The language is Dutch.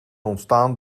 ontstaan